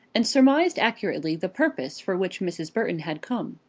and surmised accurately the purpose for which mrs. burton had come.